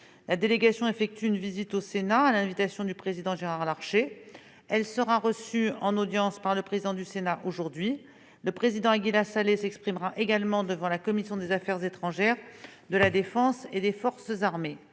La délégation effectue une visite au Sénat à l'invitation du président Gérard Larcher ; elle sera reçue en audience par le président du Sénat aujourd'hui. Le président Aguila Saleh s'exprimera également devant la commission des affaires étrangères, de la défense et des forces armées.